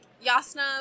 Yasna